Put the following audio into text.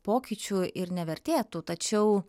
pokyčių ir nevertėtų tačiau